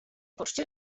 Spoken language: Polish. poczcie